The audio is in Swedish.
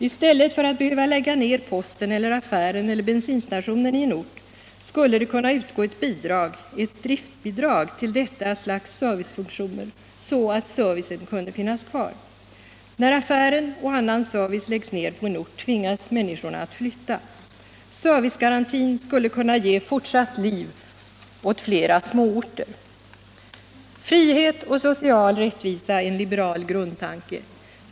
I stället för att man skall behöva lägga ned posten, affären eller bensinstationen på en ort skulle det kunna utgå ewt bidrag — ett driftbidrag — till detta slags servicefunktioner, så att servicen kunde finnas Allmänpolitisk debatt Allmänpolitisk debatt kvar. När affären och annan service på en ort läggs ned tvingas människorna flytta. Servicegarantin skulle kunna ge fortsatt liv åt flera småorter. Frihet och social rättvisa är en liberal grundtanke.